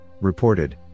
reported